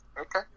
okay